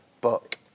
book